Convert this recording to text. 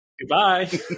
Goodbye